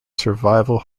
survival